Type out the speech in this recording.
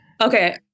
Okay